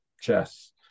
chess